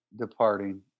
Departing